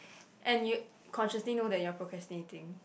and you consciously know that you're procrastinating